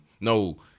No